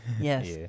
Yes